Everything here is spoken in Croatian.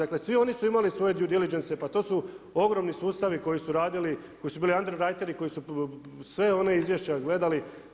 Dakle svi oni su imali svoje due diligence, pa to su ogromni sustavi koji su radili, koji su bili underwriteri, koji su sva ona izvješća gledali.